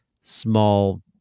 small